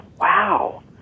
wow